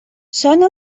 sona